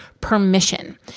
permission